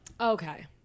okay